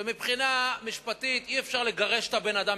שמבחינה משפטית אי-אפשר לגרש את הבן-אדם,